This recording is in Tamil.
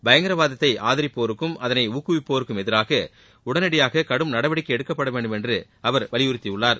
பயங்கரவாதத்தை ஆதரிப்போருக்கும் அதளை ஊக்குவிப்போருக்கும் எதிராக உடனடியாக கடும் நடவடிக்கை எடுக்கப்படவேண்டும் என்று அவர் வலியுறுத்தியுள்ளார்